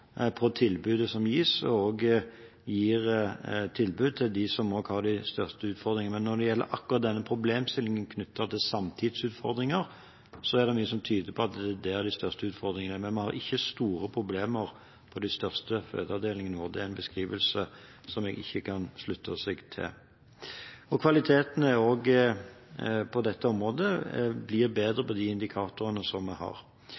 på tilbudet som gis, og som også gir tilbud til dem som har de største utfordringene. Men når det gjelder akkurat denne problemstillingen knyttet til samtidighetsutfordringer, er det mye som tyder på at det er der de største utfordringene er, men vi har ikke store problemer på de største fødeavdelingene våre. Det er en beskrivelse som jeg ikke kan slutte meg til. Og kvaliteten, også på dette området, blir bedre på de indikatorene vi har.